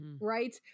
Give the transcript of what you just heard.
right